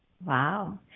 Wow